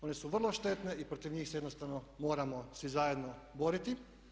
One su vrlo štetne i protiv njih se jednostavno moramo svi zajedno boriti.